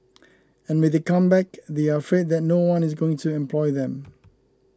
and when they come back they are afraid that no one is going to employ them